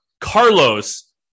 Carlos